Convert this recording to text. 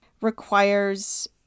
requires